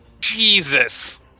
Jesus